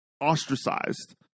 ostracized